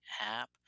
app